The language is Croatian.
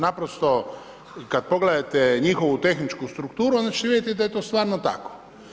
Naprosto, kad pogledate njihovu tehničku strukturu onda ćete vidjeti da je to stvarno tako.